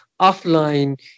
offline